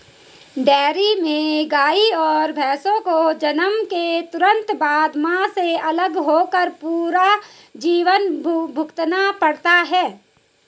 dairy में गायों और भैंसों को जन्म के तुरंत बाद, मां से अलग होकर पूरा जीवन भुगतना पड़ता है